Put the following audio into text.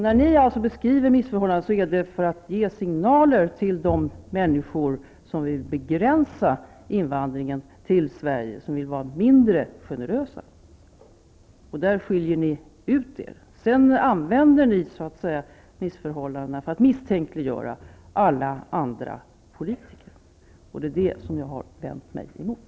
När ni bekriver missförhållandena är det för att ge signaler till de människor som vill begränsa invandringen till Sverige, som vill vara mindre generösa. Där skiljer ni ut er. Sedan använder ni missförhållandena för att misstänkliggöra alla andra politiker, och det är det som jag har vänt mig emot.